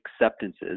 acceptances